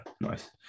Nice